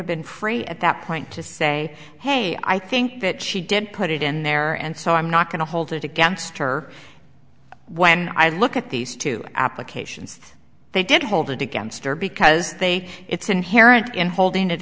have been pray at that point to say hey i think that she didn't put it in there and so i'm not going to hold it against her when i look at these two applications they don't hold it against her because they it's inherent in holding it